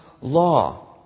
law